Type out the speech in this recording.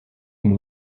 und